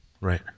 Right